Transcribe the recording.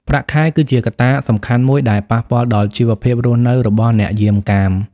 ប្រាក់ខែគឺជាកត្តាសំខាន់មួយដែលប៉ះពាល់ដល់ជីវភាពរស់នៅរបស់អ្នកយាមកាម។